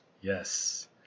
Yes